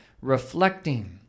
reflecting